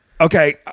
Okay